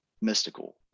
mystical